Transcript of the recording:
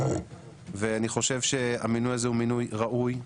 אני חושב שהמינוי הזה הוא מינוי ראוי,